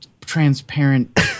transparent